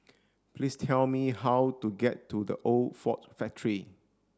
please tell me how to get to The Old Ford Factory